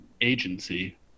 agency